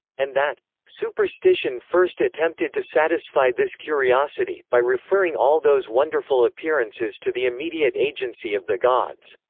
and that superstition first attempted to satisfy this curiosity, by referring all those wonderful appearances to the immediate agency of the gods.